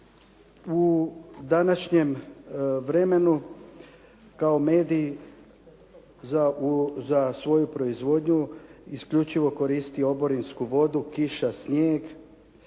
u današnjem vremenu kao mediji za svoju proizvodnju isključivo koristi oborinsku vodu kišu, snijeg.